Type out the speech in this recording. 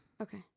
Okay